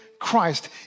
Christ